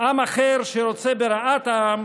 עם אחר שרוצה ברעת העם